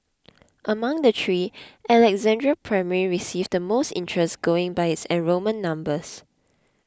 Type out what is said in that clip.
among the three Alexandra Primary received the most interest going by its enrolment numbers